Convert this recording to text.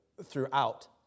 throughout